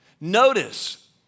Notice